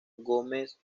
gómez